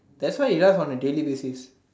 that's why is just on the daily basis